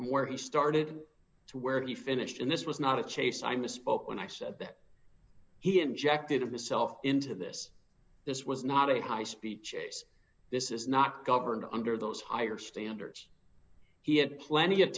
where he started to where he finished and this was not a chase i misspoke when i said that he injected himself into this this was not a high speed chase this is not governed under those higher standards he had plenty of